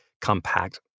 compact